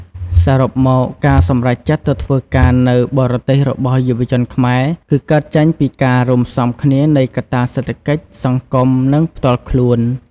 សរុបមក ការសម្រេចចិត្តទៅធ្វើការនៅបរទេសរបស់យុវជនខ្មែរ គឺកើតចេញពីការរួមផ្សំគ្នានៃកត្តាសេដ្ឋកិច្ច សង្គម និងផ្ទាល់ខ្លួន។